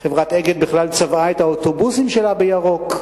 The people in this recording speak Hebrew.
חברת "אגד" בכלל צבעה את האוטובוסים שלה בירוק.